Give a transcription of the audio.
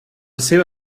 seva